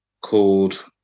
called